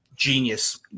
Genius